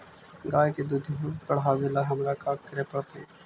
गाय के दुध बढ़ावेला हमरा का करे पड़तई?